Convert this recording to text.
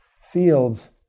fields